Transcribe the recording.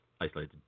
isolated